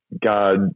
God